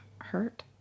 hurt